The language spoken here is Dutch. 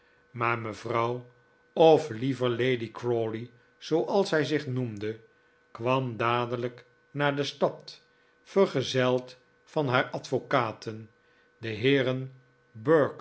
maar mevrouw of liever lady crawley zooals zij zich noemde kwam dadelijk naar de stad vergezeld van haar advocaten de